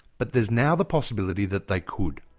but there's now the possibility that they could.